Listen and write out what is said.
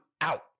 out